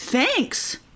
Thanks